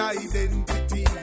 identity